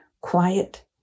quiet